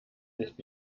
nicht